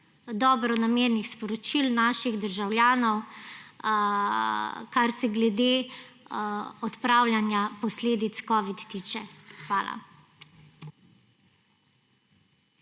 dobronamernih sporočil naših državljanov, kar se glede odpravljanja posledic covida tiče. Hvala.